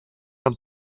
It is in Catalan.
han